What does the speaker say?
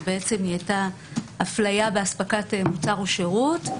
שהיתה אפליה באספקת מוצר או שירות,